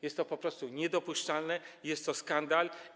Jest to po prostu niedopuszczalne, jest to skandal.